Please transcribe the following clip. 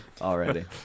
already